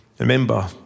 Remember